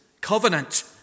covenant